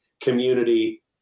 community